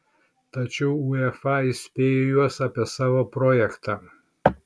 tačiau uefa įspėjo jus apie savo projektą